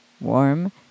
warm